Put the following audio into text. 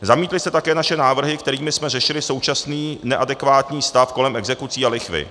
Zamítli jste také naše návrhy, kterými jsme řešili současný neadekvátní stav kolem exekucí a lichvy.